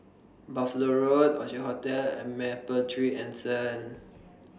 Buffalo Road Orchard Hotel and Mapletree Anson